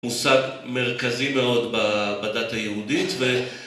מושג מרכזי מאוד בדת היהודית ו...